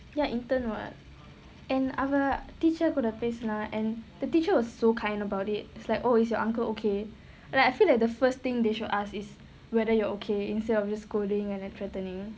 ya intern [what] and our teacher கூட பேசுனா:kooda pesunaa and the teacher was so kind about it it's like oh is your uncle okay like I feel that the first thing they should ask is whether you are okay instead of just scolding and like threatening